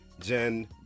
Jen